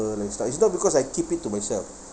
till next time it's not because I keep it to myself